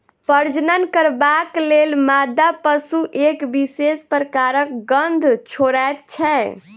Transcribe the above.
प्रजनन करबाक लेल मादा पशु एक विशेष प्रकारक गंध छोड़ैत छै